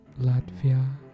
Latvia